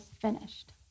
finished